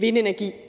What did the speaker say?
land, der